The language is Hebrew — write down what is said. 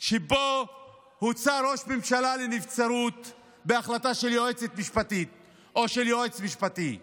שבו הוצא ראש ממשלה לנבצרות בהחלטה של יועצת משפטית או של יועץ משפטי.